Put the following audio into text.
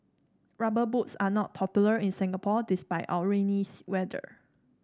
rubber boots are not popular in Singapore despite our rainy weather